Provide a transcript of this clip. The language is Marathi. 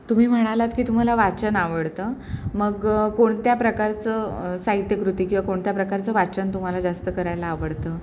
तुम्ही म्हणालात की तुम्हाला वाचन आवडतं मग कोणत्या प्रकारचं साहित्यकृती किंवा कोणत्या प्रकारचं वाचन तुम्हाला जास्त करायला आवडतं